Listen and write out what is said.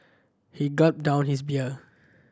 he gulped down his beer